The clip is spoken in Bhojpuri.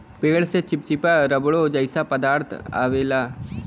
पेड़ से चिप्चिपा रबड़ो जइसा पदार्थ अवेला